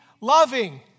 loving